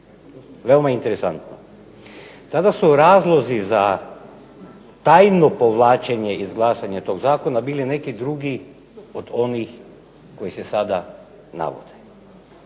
Veoma interesantno. Tada su razlozi za tajno povlačenje iz glasanja toga zakona bili neki drugi od onih koji se sada navode.